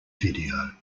video